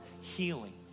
healing